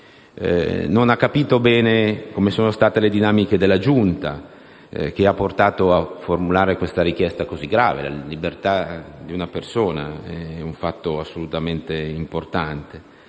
non ha capito bene quali sono state le dinamiche della Giunta, che hanno portato a formulare questa richiesta così grave sulla libertà di una persona, un fatto assolutamente importante.